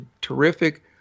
terrific